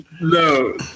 No